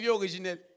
original